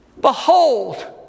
Behold